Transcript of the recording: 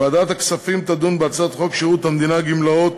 ועדת הכספים תדון בהצעת חוק שירות המדינה (גמלאות)